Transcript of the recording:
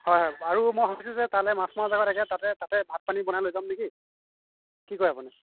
হয় হয় আৰু মই ভাবিছো যে তালৈ মাছ মৰা জেগাত একেবাৰে তাতে তাতে ভাত পানী বনাই লৈ যাম নেকি কি কয় আপুনি